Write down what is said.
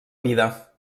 vida